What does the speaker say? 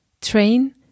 train